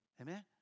Amen